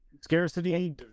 scarcity